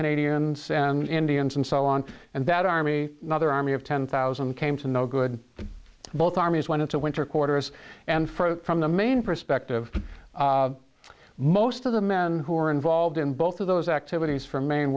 canadian indians and so on and that army other army of ten thousand came to know good both armies went into winter quarters and for from the main perspective most of the men who were involved in both of those activities from maine